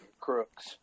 crooks